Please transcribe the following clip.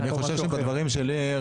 אני חושב שבדברים שלי,